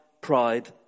pride